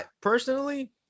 personally